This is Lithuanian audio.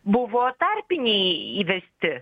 buvo tarpiniai įvesti